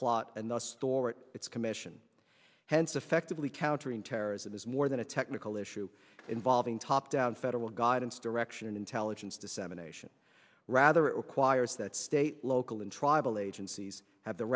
plot and the story it's commission hence effectively countering terrorism is more than a technical issue involving top down federal guidance direction and intelligence dissemination rather acquirers that state local and tribal agencies have the